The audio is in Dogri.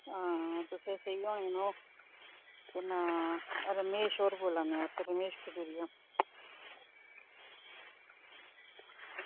आं तुसें स्हेई होने न ओह् रमेश होर बोल्ला नै अस रमेश खजूरिया